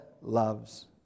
loves